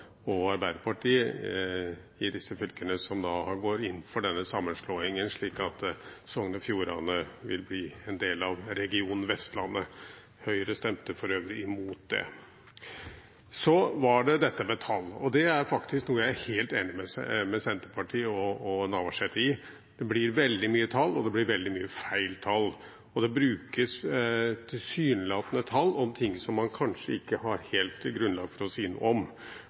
og Arbeiderpartiet i disse fylkene som har gått inn for denne sammenslåingen, slik at Sogn og Fjordane vil bli en del av regionen Vestlandet. Høyre stemte for øvrig mot det. Og så var det tall. Det er noe jeg er helt enig med Senterpartiet og representanten Navarsete i, at det blir veldig mye tall, og det blir veldig mye feil tall, og det brukes tilsynelatende tall om ting som man kanskje ikke har helt grunnlag for å si noe om,